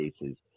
cases